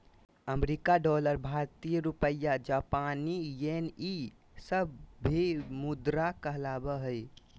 अमेरिकी डॉलर भारतीय रुपया जापानी येन ई सब भी मुद्रा कहलाबो हइ